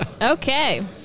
Okay